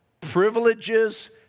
privileges